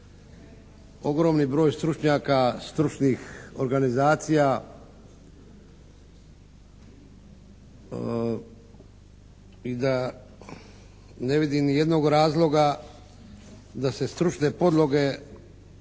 ogromni broj stručnjaka, stručnih organizacija i da ne vidim ni jednog razloga da se stručne podloge